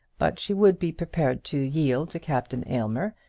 but she would be prepared to yield to captain aylmer,